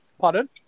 pardon